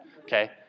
okay